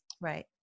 Right